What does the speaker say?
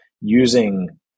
using